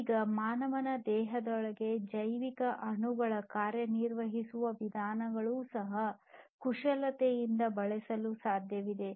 ಈಗ ಮಾನವನ ದೇಹದೊಳಗಿನ ಜೈವಿಕ ಅಣುಗಳ ಕಾರ್ಯನಿರ್ವಹಿಸುವ ವಿಧಾನವನ್ನು ಸಹ ಕುಶಲತೆಯಿಂದ ಬಳಸಲು ಸಾಧ್ಯವಿದೆ